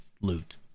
loot